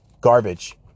Garbage